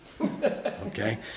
Okay